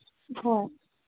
ꯍꯣꯏ